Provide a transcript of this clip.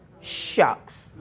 Shucks